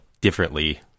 differently